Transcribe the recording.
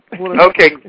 Okay